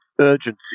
urgency